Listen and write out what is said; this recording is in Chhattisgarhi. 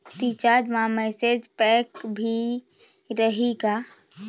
रिचार्ज मा मैसेज पैक भी रही का?